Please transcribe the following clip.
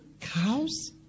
Cows